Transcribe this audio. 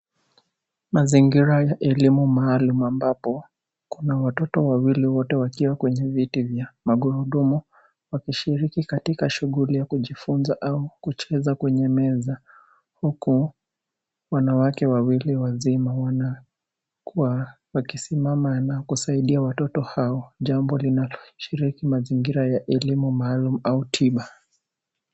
Mazingira ya elimu maalum ambapo, kuna watoto wawili wote wakiwa kwenye viti ya magurudumu, wakishiriki katika shughuli ya kujifunza au kucheza kwenya meza, huku wanawake wawili wazima wanakuwa wakisimama na kusaidia watoto hao. Jambo linaloshiriki mazingira ya elimu maalum au tiba.